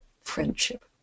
friendship